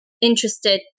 interested